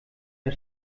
der